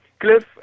Cliff